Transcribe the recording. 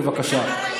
בבקשה.